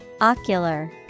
Ocular